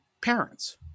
parents